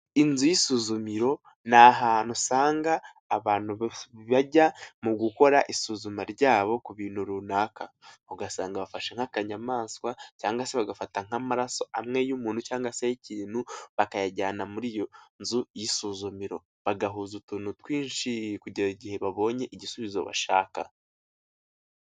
Inzu y'isuzumiro ni ahantu usanga abantu bajya mu gukora isuzuma ryabo ku bintu runaka. Ugasanga bafashe nk'akanyayamaswa cyangwa se bagafata nk'amaraso amwe y'umuntu cyangwa se y'ikintu bakayajyana muri iyo nzu y'isuzumiro. Bagahuza utuntu twinshi kugeza igihe babonye igisubizo bashaka.